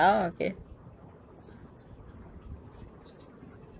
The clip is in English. ah okay